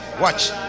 Watch